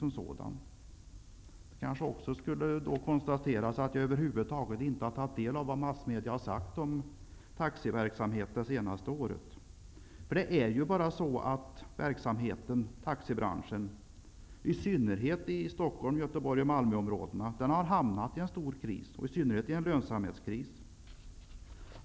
Då skulle det kanske också konstateras att jag över huvud tagit inte har tagit del av vad massmedia har sagt om taxiverksamheten det senaste året. Det är ju bara så att taxibranschen framför allt i Stockholms-, Göteborgs och Malmöområdet har hamnat i en stor kris, i synnerhet i en lönsamhetskris.